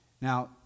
Now